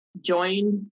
joined